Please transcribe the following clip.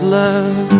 love